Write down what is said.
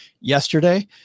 yesterday